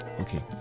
okay